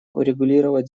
урегулировать